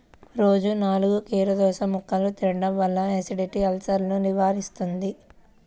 రోజూ నాలుగు కీరదోసముక్కలు తినడం వల్ల ఎసిడిటీ, అల్సర్సను నివారిస్తుంది